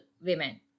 women